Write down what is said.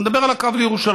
אני מדבר על הקו לירושלים.